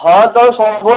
ହ ତୁମେ ସବୁ